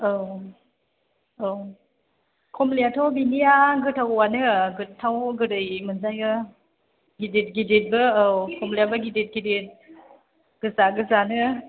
औ औ खमलायाथ' बिनिया गोथावआनो गोथाव गोदै मोनजायो गिदिर गिदिरबो औ खमलायाबो गिदिर गिदिर गोजा गोजानो